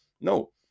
No